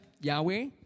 Yahweh